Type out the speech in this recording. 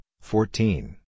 fourteen